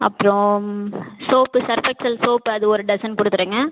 அப்புறோம் soap Surf Excel soap அது ஒரு டசன் கொடுத்துருங்க